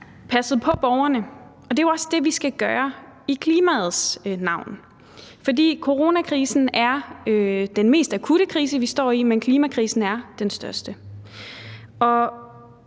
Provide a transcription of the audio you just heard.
passet på borgerne, og det er jo også det, vi skal gøre i klimaets navn. For coronakrisen er den mest akutte krise, vi står i, men klimakrisen er den største.